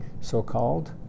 so-called